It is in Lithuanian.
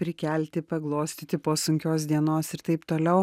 prikelti paglostyti po sunkios dienos ir taip toliau